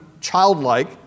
childlike